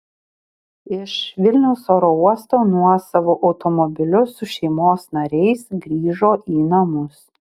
iš vilniaus oro uosto nuosavu automobiliu su šeimos nariais grįžo į namus